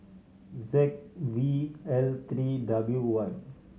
Z V L three W one